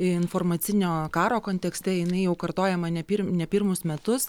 informacinio karo kontekste jinai jau kartojama ne pir ne pirmus metus